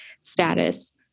status